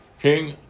King